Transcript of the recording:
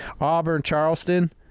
Auburn-Charleston